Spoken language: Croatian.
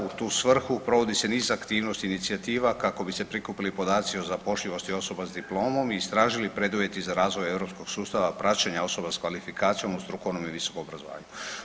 U tu svrhu provodi se niz aktivnosti i inicijativa kako bi se prikupili podaci o zapošljivosti osoba s diplomom i istražili preduvjeti za razvoj europskog sustava praćenja osoba s kvalifikacijom u strukovnom i visokom obrazovanju.